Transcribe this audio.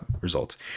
results